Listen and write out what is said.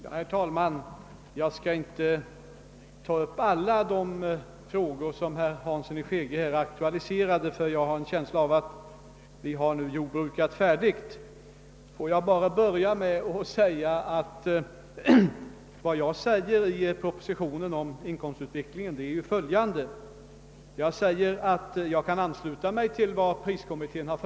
Herr talman! Jag skall inte ta upp alla de frågor som herr Hansson i Skegrie aktualiserade; jag har en känsla av att vi nu har jordbrukat färdigt. Får jag emellertid börja med att framhålla att jag angående inkomstutvecklingen i propositionen säger, att jag kan ansluta mig till vad priskommittén förordat.